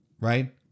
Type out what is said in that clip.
right